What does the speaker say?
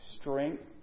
strength